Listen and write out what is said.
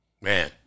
Man